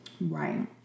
right